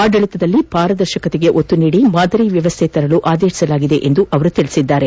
ಆಡಳಿತದಲ್ಲಿ ಪಾರದರ್ಶಕತೆಗೆ ಒತ್ತು ನೀಡಿ ಮಾದರಿ ವ್ಯವಸ್ಥೆ ತರಲು ಆದೇಶಿಸಲಾಗಿದೆ ಎಂದು ಅವರು ಹೇಳಿದರು